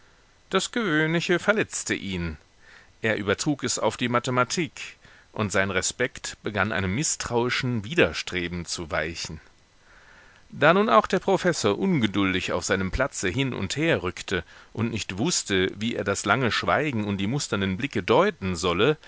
das gewöhnliche verletzte ihn er übertrug es auf die mathematik und sein respekt begann einem mißtrauischen widerstreben zu weichen da nun auch der professor ungeduldig auf seinem platze hin und her rückte und nicht wußte wie er das lange schweigen und die musternden blicke deuten solle